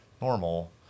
normal